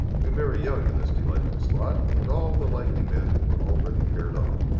we marry young in this delightful spot, and all the likely men were already paired off.